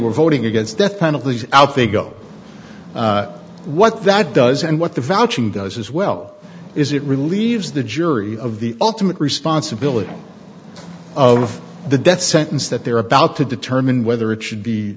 were voting against death penalties out they go what that does and what the vaccine does as well is it relieves the jury of the ultimate responsibility of the death sentence that they're about to determine whether it should be